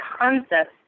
concepts